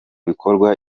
bikorwa